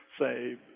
say